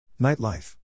Nightlife